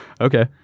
Okay